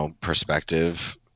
perspective